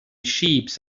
sheep